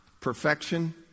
perfection